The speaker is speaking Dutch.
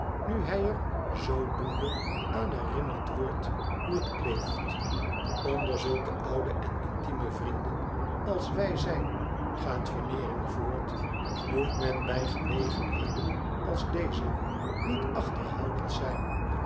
nu hij er zoodoende aan herinnerd wordt hoe het kleeft onder zulke oude en intieme vrienden als wij zijn gaat veneering voort moet men bij gelegenheden als deze niet achterhoudend zijn